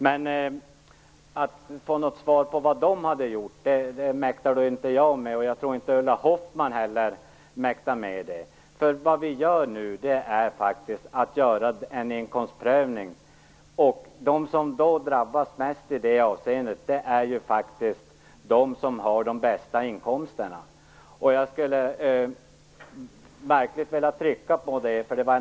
Men att ge ett svar på vad dessa män hade gjort mäktar inte jag med, och jag tror inte heller att Ulla Hoffmann mäktar med det. Vad vi nu gör är en inkomstprövning. De som drabbas mest i det avseendet är faktiskt de som har de bästa inkomsterna. Jag vill verkligen trycka på detta.